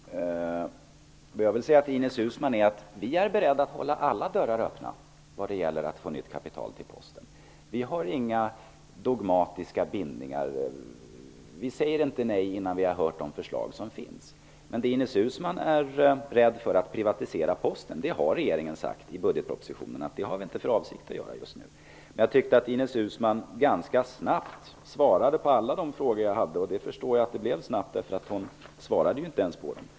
Fru talman! Jag vill säga till Ines Uusmann att vi är beredda att hålla alla dörrar öppna vad gäller att få nytt kapital till Posten. Vi har inga dogmatiska bindningar. Vi säger inte nej innan vi har hört de förslag som finns. Ines Uusmann är rädd för att privatisera Posten, men regeringen har sagt i budgetpropositionen att den inte har för avsikt att göra det just nu. Jag tycker att Ines Uusmann ganska snabbt klarade av alla de frågor jag hade, och jag förstår att det gick snabbt, för hon svarade ju inte på dem.